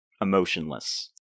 emotionless